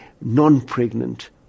non-pregnant